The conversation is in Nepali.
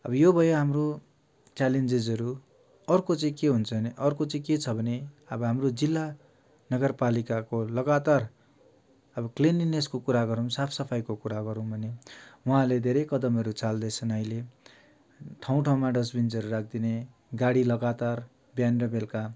अब यो भयो हाम्रोे च्यालेन्जेसहरू अर्को चाहिँ के हुन्छ भने अर्को चाहिँ के छ भने अब हाम्रो जिल्ला नगरपालिकाको लगातार अब क्लिनलिनेसको कुरा गरौँ साफसफाइको कुरा गरौँ भने उहाँहरूले धेरै कदमहरू चाल्दैछन् अहिले ठाउँ ठाउँमा डस्बिन्सहरू राखिदिने गाडी लगातार बिहान र बेलुका